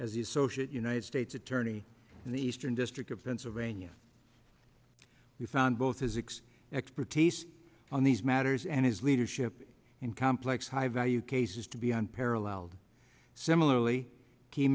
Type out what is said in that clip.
associate united states attorney in the eastern district of pennsylvania we found both physics expertise on these matters and his leadership in complex high value cases to be unparalleled similarly